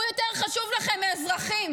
הוא יותר חשוב לכם מאזרחים.